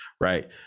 Right